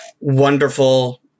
wonderful